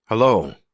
Hello